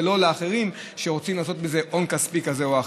ולא לאחרים שרוצים לעשות מזה הון כספי כזה או אחר.